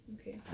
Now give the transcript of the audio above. Okay